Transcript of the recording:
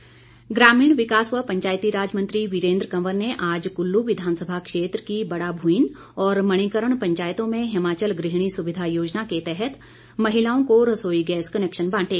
वीरेन्द्र कंवर ग्रामीण विकास व पंचायतीराज मंत्री वीरेन्द्र कंवर ने आज कुल्लू विधानसभा क्षेत्र की बड़ा भुईन और मणिकर्ण पंचायतों में हिमाचल गृहिणी सुविधा योजना के तहत महिलाओं को रसोई गैस कनैक्शन बांटे